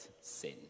sin